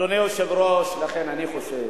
אדוני היושב-ראש, לכן אני חושב